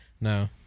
no